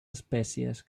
espècies